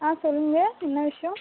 ஆ சொல்லுங்கள் என்ன விஷயோம்